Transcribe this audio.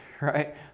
right